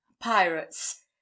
Pirates